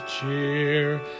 cheer